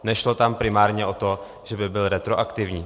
Nešlo tam primárně o to, že by byl retroaktivní.